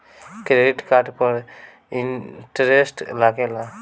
Credit card पर interest लागेला?